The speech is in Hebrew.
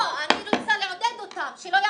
לא, אני מנסה לעודד אותם שלא יהססו,